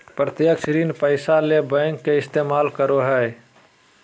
प्रत्यक्ष ऋण पैसा ले बैंक के इस्तमाल करो हइ